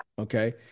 Okay